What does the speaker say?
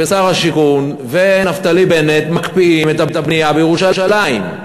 ושר השיכון ונפתלי בנט מקפיאים את הבנייה בירושלים.